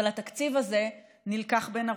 אבל התקציב הזה נלקח בן ערובה,